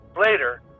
later